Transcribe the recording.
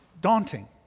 daunting